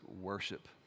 worship